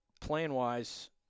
plan-wise